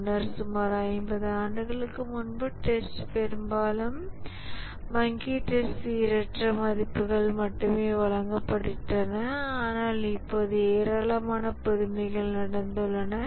முன்னதாக சுமார் 50 ஆண்டுகளுக்கு முன்பு டெஸ்ட் பெரும்பாலும் மங்கி டெஸ்ட் சீரற்ற மதிப்புகள் மட்டுமே வழங்கப்பட்டன ஆனால் இப்போது ஏராளமான புதுமைகள் நடந்துள்ளன